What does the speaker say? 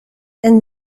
and